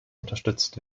unterstützt